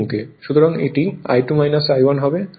সুতরাং এটি I2 I1 হবে